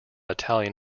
italian